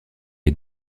est